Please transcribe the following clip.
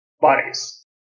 bodies